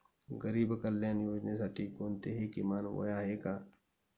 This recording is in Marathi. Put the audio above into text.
गरीब कल्याण योजनेसाठी कोणतेही किमान वय आहे का?